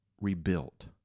rebuilt